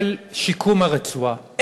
של שיקום הרצועה?